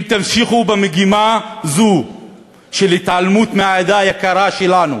אם תמשיכו במגמה זו של התעלמות מהעדה היקרה שלנו,